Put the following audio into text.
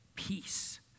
Peace